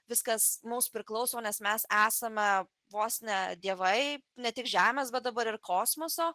viskas mums priklauso nes mes esame vos ne dievai ne tik žemės bet dabar ir kosmoso